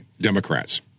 Democrats